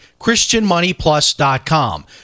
christianmoneyplus.com